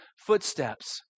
footsteps